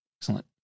excellent